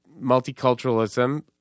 multiculturalism